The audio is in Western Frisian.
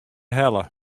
helle